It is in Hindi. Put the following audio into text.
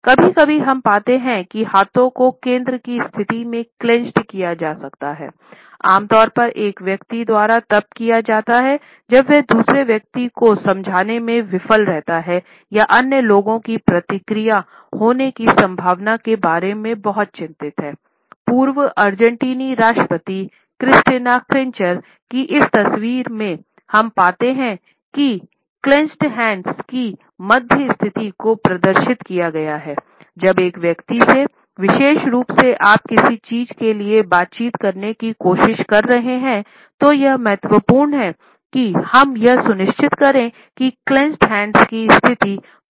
कभी कभी हम पाते हैं कि हाथों को केंद्र की स्थिति में क्लेन्चेड की स्थिति पूर्ववत है